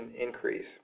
increase